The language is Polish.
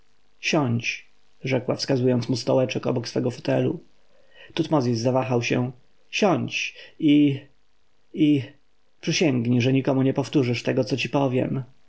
siądź rzekła wskazując mu stołeczek obok swego fotelu tutmozis zawahał się siądź i i przysięgnij że nikomu nie powtórzysz tego co ci powiem